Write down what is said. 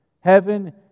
heaven